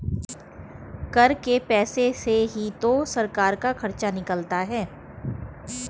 कर के पैसे से ही तो सरकार का खर्चा निकलता है